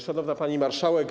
Szanowna Pani Marszałek!